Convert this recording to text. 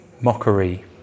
Mockery